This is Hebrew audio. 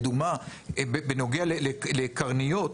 לדוגמה בנוגע לקרניות,